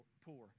poor